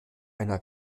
einer